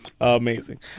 Amazing